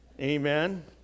Amen